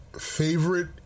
favorite